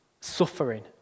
Suffering